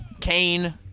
Kane